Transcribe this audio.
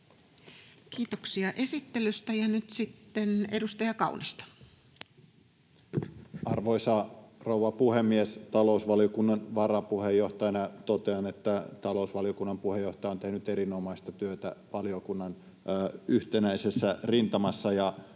Kiitoksia esittelystä. — Ja sitten edustaja Kaunisto. Arvoisa rouva puhemies! Talousvaliokunnan varapuheenjohtajana totean, että talousvaliokunnan puheenjohtaja on tehnyt erinomaista työtä valiokunnan yhtenäisessä rintamassa.